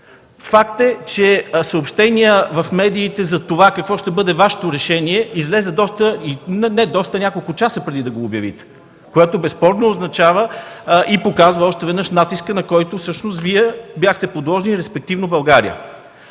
Факт е, че съобщение в медиите какво ще бъде Вашето решение излезе няколко часа преди Вие да го обявите, което безспорно означава и показва натиска, на който всъщност Вие бяхте подложени, респективно България.